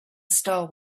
star